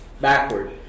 backward